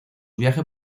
viaje